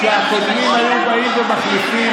כשהקודמים היו באים ומחליפים,